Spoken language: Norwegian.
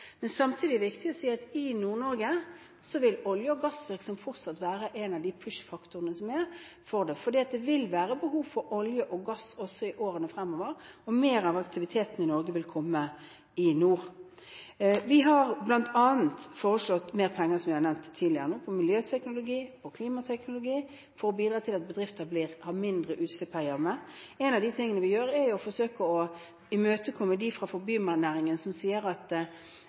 Men samtidig er det viktig å si at i Nord-Norge vil olje- og gassvirksomheten fortsatt være en av push-faktorene som er for det, for det vil være behov for olje og gass også i årene fremover, og mer av aktivitetene i Norge vil komme i nord. Vi har bl.a. foreslått mer penger, som jeg har nevnt tidligere, til miljøteknologi og klimateknologi for å bidra til at bedrifter har mindre utslipp her hjemme. En av de tingene vi gjør, er å forsøke å imøtekomme de fra fornybarnæringen som sier at